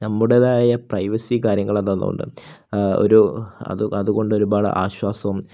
നമ്മുടേതായ പ്രൈവസി കാര്യങ്ങൾ തന്നുകൊണ്ട് ഒരു അത് അതുകൊണ്ട് ഒരുപാട് ആശ്വാസം